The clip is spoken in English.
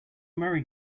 merry